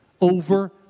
Over